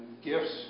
gifts